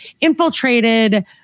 infiltrated